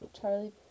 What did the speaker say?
Charlie